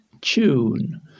tune